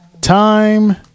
Time